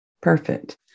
Perfect